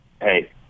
Hey